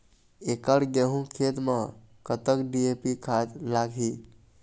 एकड़ गेहूं खेत म कतक डी.ए.पी खाद लाग ही?